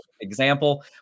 example